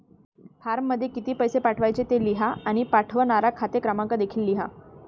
फॉर्ममध्ये किती पैसे पाठवायचे ते लिहा आणि पाठवणारा खाते क्रमांक देखील लिहा